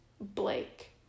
Blake